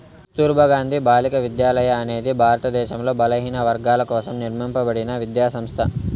కస్తుర్బా గాంధీ బాలికా విద్యాలయ అనేది భారతదేశంలో బలహీనవర్గాల కోసం నిర్మింపబడిన విద్యా సంస్థ